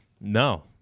No